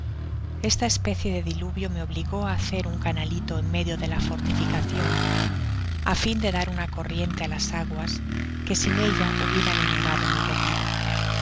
esta especie de diluvio me obligó á hacer un canalito en medio de la fortificacion á fio de dar una corriente á las aguas que sin ella hubieran inundado mi retiro